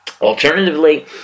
Alternatively